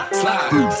slide